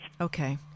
Okay